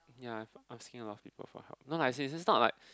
ya I'm asking a lot of people for help no lah it's it's not like